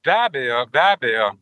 be abejo be abejo